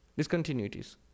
discontinuities